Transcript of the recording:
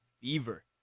fever